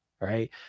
right